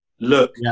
Look